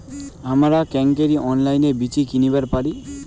হামরা কেঙকরি অনলাইনে বীজ কিনিবার পারি?